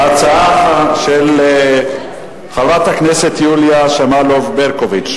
ההצעה של חברת הכנסת יוליה שמאלוב-ברקוביץ.